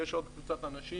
יש עוד קבוצת אנשים,